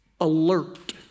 Alert